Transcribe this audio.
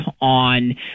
on